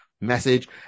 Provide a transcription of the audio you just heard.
message